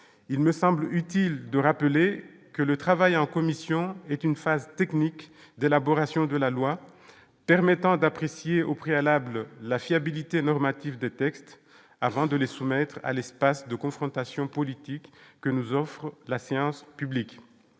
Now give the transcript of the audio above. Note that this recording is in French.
il me semble utile de rappeler que le travail en commission est une phase techniques d'élaboration de la loi permettant d'apprécier au préalable la fiabilité normative de textes avant de les soumettre à l'espace de confrontation politique que nous offre la séance publique